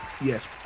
yes